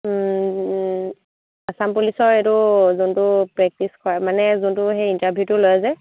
আসাম পুলিচৰ এইটো যোনটো প্ৰেক্টিছ কৰা মানে যোনটো সেই ইণ্টাৰভিউটো লয় যে